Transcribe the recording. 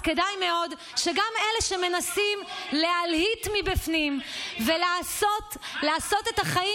אז כדאי מאוד שגם אלה שמנסים להלהיט מבפנים ולעשות את החיים,